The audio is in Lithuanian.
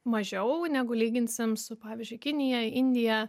mažiau negu lyginsim su pavyzdžiui kinija indija